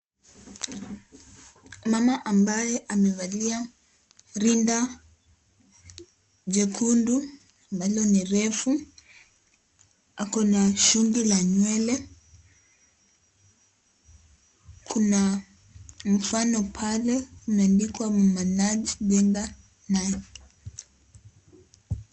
Mama ambaye amevalia rinda jekundu ambalo ni refu, ako na shungi la nywele, kuna mfano pale umeandikwa, Mama Nai Jenga Nai.